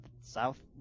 South